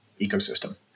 ecosystem